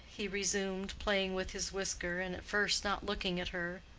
he resumed, playing with his whisker, and at first not looking at her,